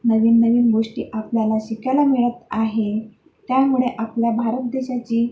नवीन नवीन गोष्टी आपल्याला शिकायला मिळत आहे त्यामुळे आपल्या भारत देशाची